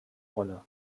rolle